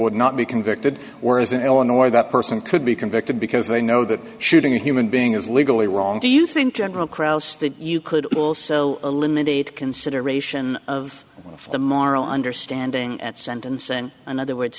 would not be convicted whereas in illinois that person could be convicted because they know that shooting a human being is legally wrong do you think general crouse that you could also eliminate consideration of the morrow understanding at sentencing in other words t